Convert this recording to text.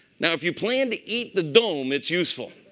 now, if you plan to eat the dome, it's useful.